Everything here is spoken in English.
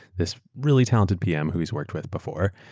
this really talented pm who he's worked with before,